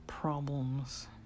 Problems